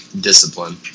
discipline